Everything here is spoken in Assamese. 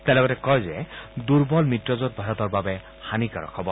তেওঁ লগতে কয় যে দুৰ্বল মিত্ৰজোট ভাৰতৰ বাবে হানিকাৰক হব